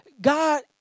God